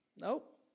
Nope